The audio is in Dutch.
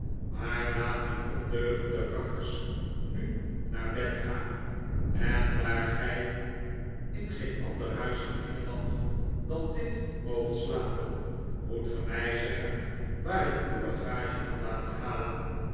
maar laat die ondeugende rakkers nu naar bed gaan en daar gij in geen ander huis in engeland dan dit moogt slapen moet ge mij zeggen waar ik uw bagage kan laten halen